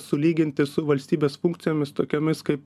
sulyginti su valstybės funkcijomis tokiomis kaip